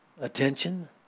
attention